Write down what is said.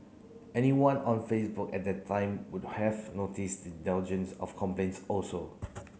anyone on Facebook at that time would have noticed the of complaints also